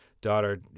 daughter